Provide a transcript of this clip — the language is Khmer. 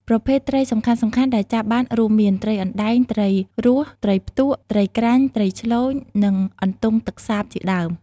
ប្រភេទត្រីសំខាន់ៗដែលចាប់បានរួមមាន ត្រីអណ្ដែង ត្រីរស់ ត្រីផ្ទក់ ត្រីក្រាញ់ ត្រីឆ្លូញ និង អន្ទង់ទឹកសាបជាដើម។